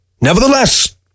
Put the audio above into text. Nevertheless